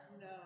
No